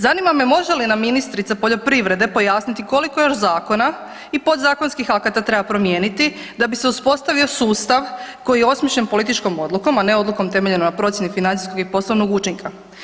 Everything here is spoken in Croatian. Zanima me može li nam ministrica poljoprivrede pojasniti koliko još zakona i podzakonskih akata treba promijeniti da bi se uspostavio sustav koji je osmišljen političkom odlukom a ne odlukom temeljenom na procjeni financijskog i poslovnog učinka?